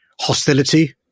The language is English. Hostility